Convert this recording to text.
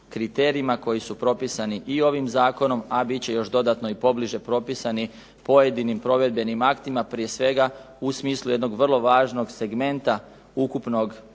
kriterijima koji su propisani i ovim zakonom, a bit će još dodatno i pobliže propisani pojedinim provedbenim aktima prije svega u smislu jednog vrlo važnog segmenta ukupne provedbe